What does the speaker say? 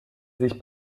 sich